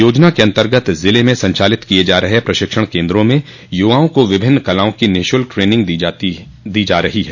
योजना के अन्तर्गत जिले में संचालित किये जा रहे प्रशिक्षण केन्द्रों में युवाओं को विभिन्न कलाओं की निःशुल्क ट्रेनिंग दी जा रही है